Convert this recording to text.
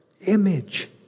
Image